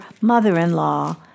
mother-in-law